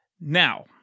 Now